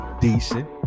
decent